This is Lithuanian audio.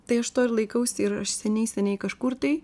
tai aš to ir laikausi ir aš seniai seniai kažkur tai